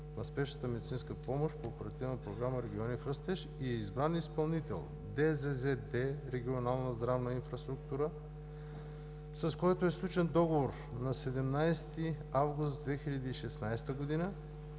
на спешната медицинска помощ по Оперативна програма „Региони в растеж“ и е избран изпълнител ДЗЗД „Регионална здрава инфраструктура“, с който е сключен договор на 17 август 2016 г.